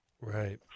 Right